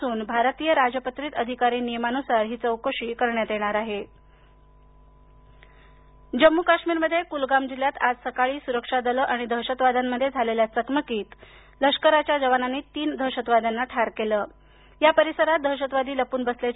असून भारतीय राजपत्रित अधिकारी नियमानुसार त्यांची चौकशी करण्यात येणार आहे जम्मू काश्मीर जम्मू काश्मीरमध्ये कुलगाम जिल्ह्यात आज सकाळी सुरक्षा दलं आणि दहशतवाद्यांमध्ये झालेल्या चकमकीत लष्कराच्या जवानांनी तीन दहशतवाद्यांना ठार केलंया परिसरात दहशतवादी लपून बसल्याची